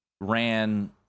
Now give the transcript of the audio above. ran